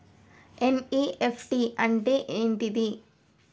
NEFT అంటే ఏంటిది?